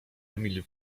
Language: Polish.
emil